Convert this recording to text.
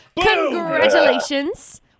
Congratulations